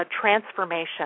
transformation